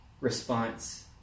response